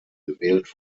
gewählt